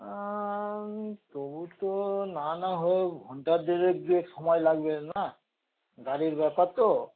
তবু তো না না হোক ঘন্টা দেড়েক দুয়েক সময় লাগবে না গাড়ির ব্যাপার তো